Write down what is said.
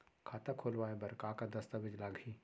खाता खोलवाय बर का का दस्तावेज लागही?